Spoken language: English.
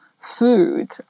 food